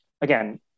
again